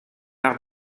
art